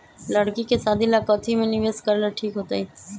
लड़की के शादी ला काथी में निवेस करेला ठीक होतई?